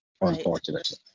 unfortunately